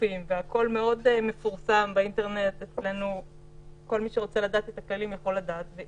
הכול מפורסם באינטרנט וכל מי שרוצה לדעת את הכללים יכול לדעת אותם,